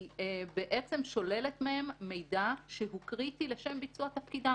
היא שוללת מהם מידע שהוא קריטי לשם ביצוע תפקידם.